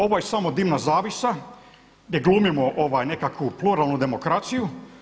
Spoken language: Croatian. Ovo je samo dimna zavjesa gdje glumimo nekakvu pluralnu demokraciju.